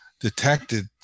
detected